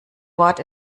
wort